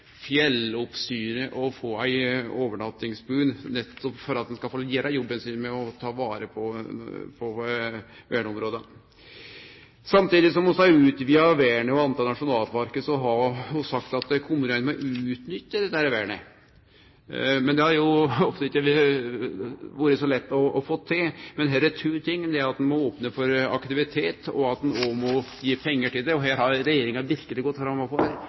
få ei overnattingsbu nettopp for at ein skal få gjere jobben sin med å ta vare på verneområda. Samtidig som vi har utvida vernet og talet på nasjonalparkar, har vi sagt at kommunane må utnytte dette vernet. Men det har ofte ikkje vore så lett å få til. Her er det to ting. Det er at ein må opne for aktivitet, og at ein må gi pengar til det. Her har regjeringa verkeleg gått framanføre med ein lokal forvaltningsmodell og